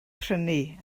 prynu